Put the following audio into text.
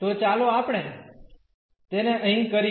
તો ચાલો આપણે તેને અહીં કરીએ